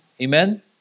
Amen